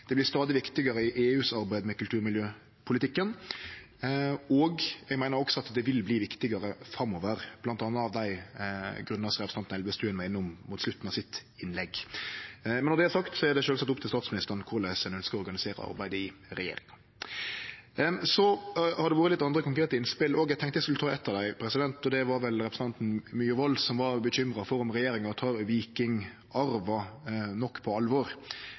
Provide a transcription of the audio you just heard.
Det vert òg stadig viktigare i EUs arbeid med kulturmiljøpolitikken. Eg meiner også at det vil verte viktigare framover, bl.a. av dei grunnane representanten Elvestuen var innom mot slutten av sitt innlegg. Men når det er sagt, er det sjølvsagt opp til statsministeren korleis ein ønskjer å organisere arbeidet i regjeringa. Så har det òg kome andre konkrete innspel. Eg tenkte eg skulle ta eitt av dei. Det var vel representanten Myhrvold som var bekymra for om regjeringa tek vikingarven nok på alvor.